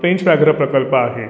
पेंच व्याघ्रप्रकल्प आहे